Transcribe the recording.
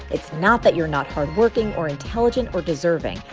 it's not that you're not hardworking, or intelligent, or deserving.